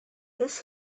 this